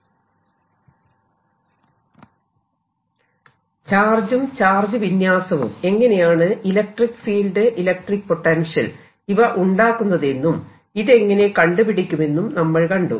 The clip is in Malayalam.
തുടർ ചാർജ് വിന്യാസത്തിന്റെ എനർജി 1 ചാർജും ചാർജ് വിന്യാസവും എങ്ങനെയാണ് ഇലക്ട്രിക്ക് ഫീൽഡ് ഇലക്ട്രിക്ക് പൊട്ടൻഷ്യൽ ഇവ ഉണ്ടാക്കുന്നതെന്നും ഇതെങ്ങനെ കണ്ടുപിടിക്കുമെന്നും നമ്മൾ കണ്ടു